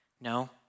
No